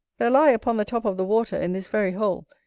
there lie upon the top of the water, in this very hole,